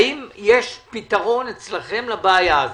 האם יש פתרון אצלכם לבעיה הזו?